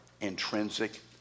intrinsic